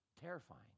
Terrifying